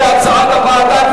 כהצעת הוועדה,